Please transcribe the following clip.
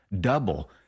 double